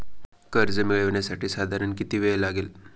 कर्ज मिळविण्यासाठी साधारण किती वेळ लागेल?